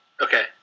Okay